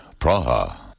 Praha